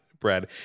Brad